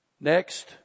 Next